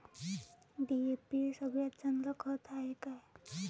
DAP सगळ्यात चांगलं खत हाये का?